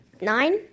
Nine